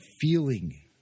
feeling